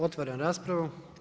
Otvaram raspravu.